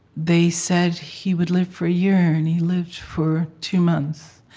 they said he would live for a year, and he lived for two months.